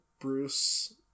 Bruce